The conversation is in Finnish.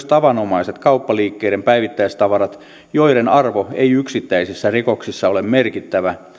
tavanomaiset kauppaliikkeiden päivittäistavarat joiden arvo ei yksittäisissä rikoksissa ole merkittävä